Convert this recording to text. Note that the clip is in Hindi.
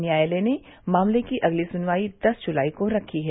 न्यायालय ने मामले की अगली सुनवाई दस जुलाई को रखी है